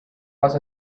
was